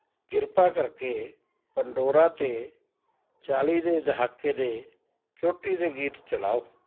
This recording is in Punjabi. ਕਿਰਪਾ ਕਰਕੇ ਪੰਡੋਰਾ 'ਤੇ ਚਾਲ਼ੀ ਦੇ ਦਹਾਕੇ ਦੇ ਚੋਟੀ ਦੇ ਗੀਤ ਚਲਾਓ